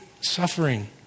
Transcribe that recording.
suffering